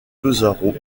pesaro